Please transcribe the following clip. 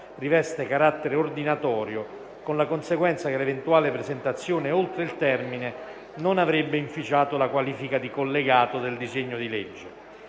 riveste carattere ordinatorio, con la conseguenza che l'eventuale presentazione oltre il termine non avrebbe inficiato la qualifica di collegato del disegno di legge.